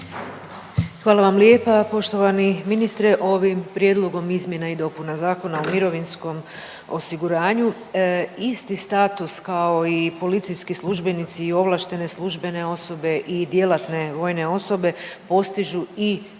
Hvala vam lijepa. Poštovani ministre ovim prijedlogom izmjena i dopuna Zakona o mirovinskom osiguranju isti status kao i policijski službenici i ovlaštene službene osobe i djelatne vojne osobe postižu i profesionalni